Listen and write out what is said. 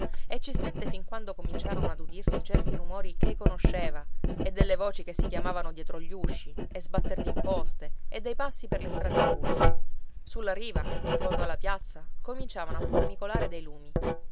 e ci stette fin quando cominciarono ad udirsi certi rumori ch'ei conosceva e delle voci che si chiamavano dietro gli usci e sbatter d'imposte e dei passi per le strade buie sulla riva in fondo alla piazza cominciavano a formicolare dei lumi